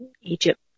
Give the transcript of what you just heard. Egypt